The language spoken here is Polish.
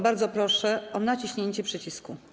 Bardzo proszę o naciśnięcie przycisku.